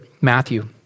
Matthew